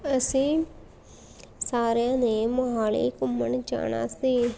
ਅਸੀਂ ਸਾਰਿਆਂ ਨੇ ਮੋਹਾਲੀ ਘੁੰਮਣ ਜਾਣਾ ਸੀ